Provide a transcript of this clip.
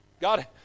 God